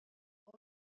oso